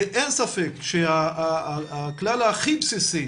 ואין ספק שהכלל הכי בסיסי